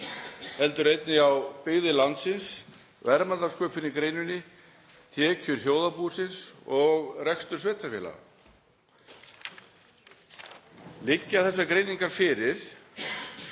heldur einnig á byggðir landsins, verðmætasköpun í greininni, tekjur þjóðarbúsins og rekstur sveitarfélaga? Liggja þessar greiningar fyrir?